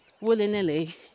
willy-nilly